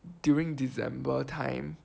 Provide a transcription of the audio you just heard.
during December time